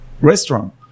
restaurant